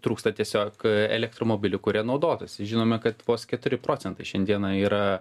trūksta tiesiog elektromobilių kurie naudotųsi žinome kad vos keturi procentai šiandieną yra